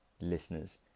listeners